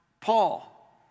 Paul